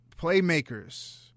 playmakers